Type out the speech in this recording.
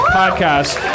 podcast